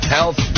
Health